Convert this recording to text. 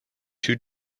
two